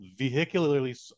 vehicularly